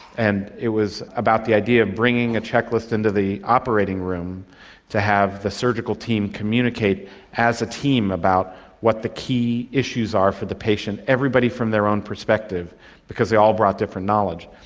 and it was about the idea of bringing a checklist into the operating room to have the surgical team communicate as a team about what the key issues are for the patient, everybody from their own perspective because they all brought different knowledge.